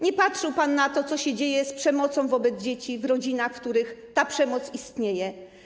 Nie patrzył pan na to, co się dzieje z przemocą wobec dzieci w rodzinach, w których ta przemoc istnieje.